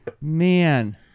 Man